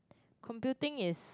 computing is